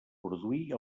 produir